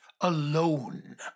alone